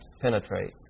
penetrate